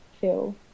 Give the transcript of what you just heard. feel